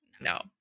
no